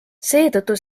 seetõttu